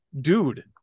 Dude